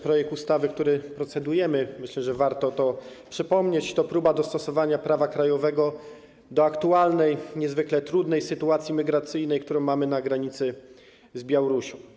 Projekt ustawy, który procedujemy - myślę, że warto to przypomnieć - to próba dostosowania prawa krajowego do aktualnej, niezwykle trudnej sytuacji imigracyjnej, którą mamy na granicy z Białorusią.